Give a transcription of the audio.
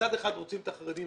מצד אחד רוצים את החרדים,